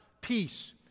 peace